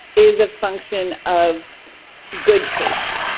is function of good taste.